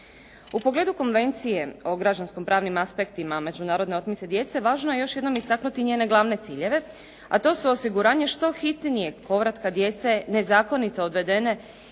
U pogledu Konvencije o građanskopravnim aspektima međunarodne otmice djece važno je još jednom istaknuti njene glavne ciljeve, a to su osiguranje što hitnijeg povratka djece nezakonito odvedene